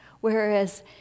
whereas